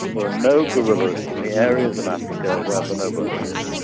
there are no gorillas in the areas of africa where bonobos live.